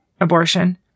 abortion